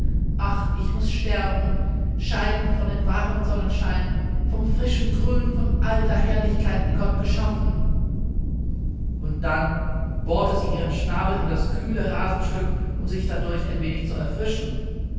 ach ich muß sterben scheiden von dem warmen sonnenschein vom frischen grün von all der herrlichkeit die gott geschaffen und dann bohrte sie ihren schnabel in das kühle rasenstück um sich dadurch ein wenig zu erfrischen